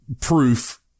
proof